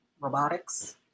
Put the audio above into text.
robotics